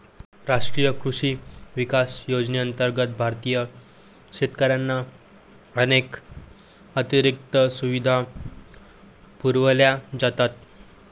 राष्ट्रीय कृषी विकास योजनेअंतर्गत भारतीय शेतकऱ्यांना अनेक अतिरिक्त सुविधा पुरवल्या जातात